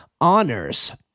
honors